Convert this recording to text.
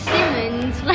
Simmons